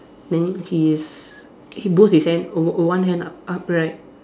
then he is he boast his hand one one hand up up right